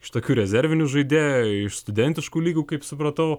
iš tokių rezervinių žaidėjų iš studentiškų lygų kaip supratau